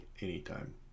anytime